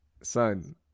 Son